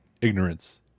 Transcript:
ignorance